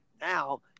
Now